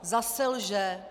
Zase lže.